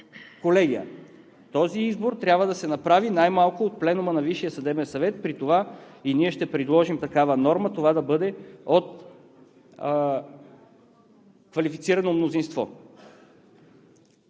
колегия. Този избор трябва да се направи най-малко от Пленума на Висшия съдебен съвет, при това – и ние ще предложим такава норма – това да бъде от квалифицирано мнозинство.